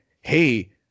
Hey